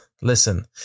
listen